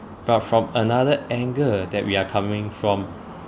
but from another angle that we are coming from